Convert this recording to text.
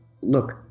look